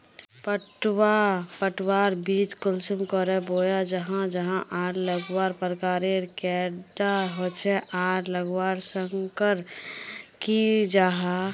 पटवा पटवार बीज कुंसम करे बोया जाहा जाहा आर लगवार प्रकारेर कैडा होचे आर लगवार संगकर की जाहा?